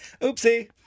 Oopsie